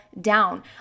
down